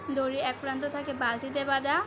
দড়ির এক প্রান্ত থাকে বালতিতে বাঁধা